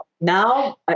now